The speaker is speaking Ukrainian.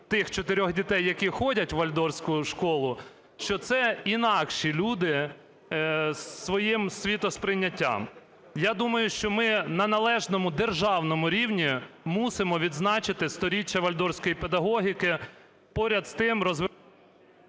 тих 4 дітей, які ходять у вальдорфську школу, що це інакші люди зі своїм світосприйняттям. Я думаю, що ми на належному державному рівні мусимо відзначити 100-річчя вальдорфської педагогіки, поряд з тим…